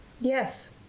yes